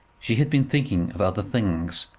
she had been thinking of other things,